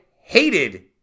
hated